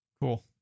Cool